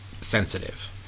sensitive